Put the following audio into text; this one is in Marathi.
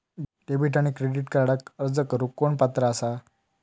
डेबिट आणि क्रेडिट कार्डक अर्ज करुक कोण पात्र आसा?